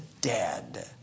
dead